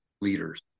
leaders